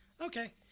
Okay